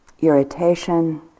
irritation